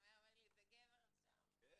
אם היה אומר לי את זה גבר עכשיו --- כן.